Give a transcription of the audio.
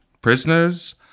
prisoners